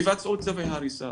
תבצעו צווי הריסה.